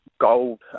gold